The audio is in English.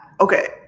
okay